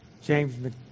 James